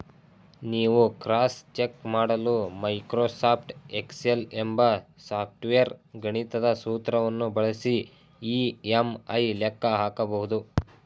ನೀವು cross check ಮಾಡಲು Microsoft Excel ಎಂಬ ಸಾಫ್ಟ್ವೇರ್ ಗಣಿತದ ಸೂತ್ರವನ್ನು ಬಳಸಿ ಇ.ಎಂ.ಐ ಲೆಕ್ಕ ಹಾಕಬಹುದು